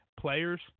players